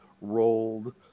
rolled